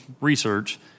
research